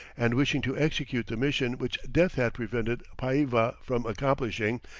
and wishing to execute the mission which death had prevented paiva from accomplishing,